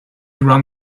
run